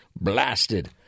Blasted